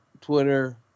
Twitter